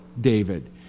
David